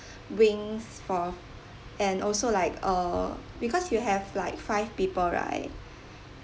wings for and also like uh because you have like five people right